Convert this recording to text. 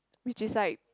which is like